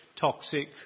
toxic